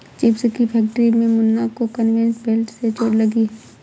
chips की factory में मुन्ना को कन्वेयर बेल्ट से चोट लगी है